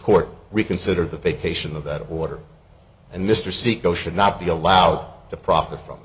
court reconsider the vacation of that water and mr saeco should not be allowed to profit from